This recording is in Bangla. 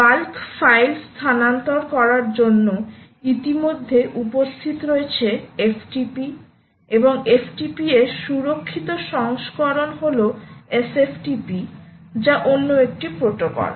বাল্ক ফাইল স্থানান্তর করার জন্য ইতিমধ্যে উপস্থিত রয়েছে FTP এবং FTP র সুরক্ষিত সংস্করণ হল SFTP যা অন্য একটি প্রোটোকল